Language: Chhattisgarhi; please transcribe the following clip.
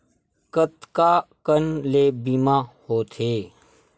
कतका कन ले बीमा होथे?